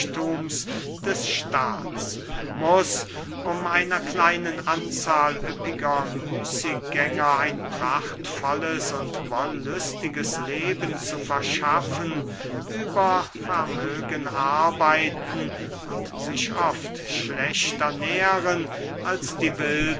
des staats muß um einer kleinen anzahl üppiger müßiggänger ein prachtvolles und wollüstiges leben zu verschaffen über vermögen arbeiten und sich oft schlechter nähren als die